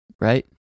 right